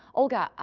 olga,